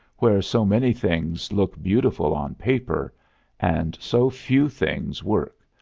where so many things look beautiful on paper and so few things work,